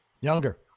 Younger